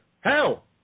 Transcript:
Hell